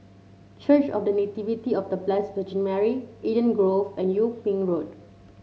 Church of The Nativity of The Blessed Virgin Mary Eden Grove and Yung Ping Road